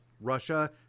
Russia